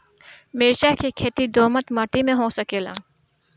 मिर्चा के खेती दोमट माटी में हो सकेला का?